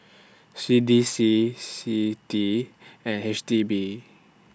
C D C C I T I and H D B